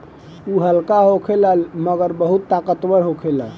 उ हल्का होखेला मगर बहुत ताकतवर होखेला